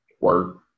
work